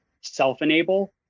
self-enable